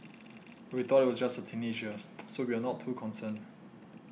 we thought it was just her teenagers so we were not too concerned